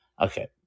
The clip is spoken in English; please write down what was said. Okay